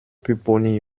pupponi